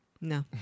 No